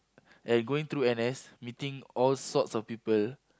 and going through N_S meeting all sorts of people